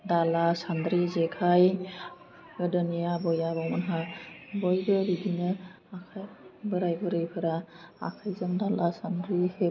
दाला सान्द्रि जेखाइ गोदोनि आबै आबौमोनहा बयबो बिदिनो बोराइ बुरिफोरा आखाइजों दाला सान्द्रि हेबोमोन